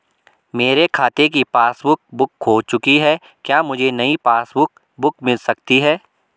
मेरे खाते की पासबुक बुक खो चुकी है क्या मुझे नयी पासबुक बुक मिल सकती है?